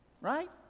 Right